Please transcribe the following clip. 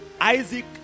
isaac